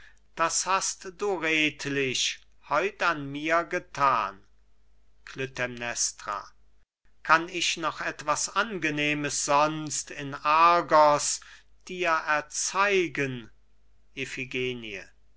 das hast du redlich heut an mir gethan klytämnestra kann ich noch etwas angenehmes sonst in argos dir erzeigen